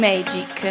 Magic